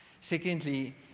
Secondly